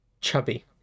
chubby